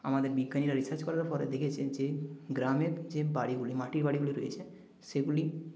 আমাদের বিজ্ঞানীরা রিসার্চ করার পরে দেখেছে যে গ্রামের যে বাড়িগুলি মাটির বাড়িগুলি রয়েছে সেগুলি